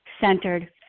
centered